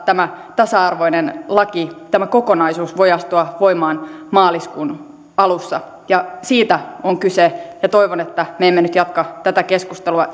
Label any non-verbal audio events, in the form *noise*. tämä tasa arvoinen laki tämä kokonaisuus voi astua voimaan maaliskuun alussa siitä on kyse ja toivon että me emme nyt jatka tätä keskustelua *unintelligible*